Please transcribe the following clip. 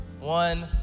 One